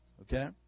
Okay